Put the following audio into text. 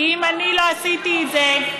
כי אם אני לא עשיתי את זה,